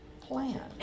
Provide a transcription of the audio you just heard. plan